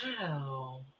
Wow